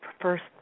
first